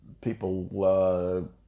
people